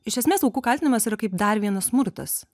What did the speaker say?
iš esmės aukų kaltinimas yra kaip dar vienas smurtas